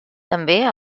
també